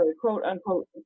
quote-unquote